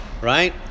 right